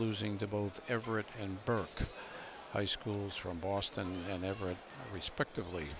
losing to both everett and burke high schools from boston and everett respectively